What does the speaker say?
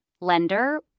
lender